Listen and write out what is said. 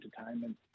entertainment